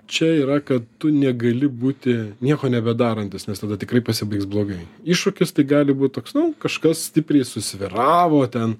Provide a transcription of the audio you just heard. čia yra kad tu negali būti nieko nebedarantis nes tada tikrai pasibaigs blogai iššūkis tai gali būt toks nu kažkas stipriai susvyravo ten